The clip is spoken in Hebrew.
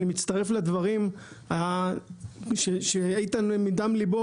אני מצטרף לדברים שאיתן אומר מדם לבו,